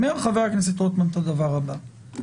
חבר הכנסת רוטמן אומר את הדבר הבא: